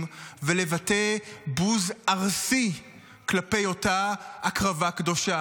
ולבטא בוז ארסי כלפי אותה הקרבה קדושה.